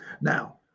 Now